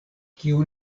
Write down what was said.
kiu